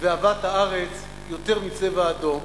ואהבת הארץ יותר מצבע אדום,